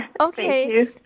okay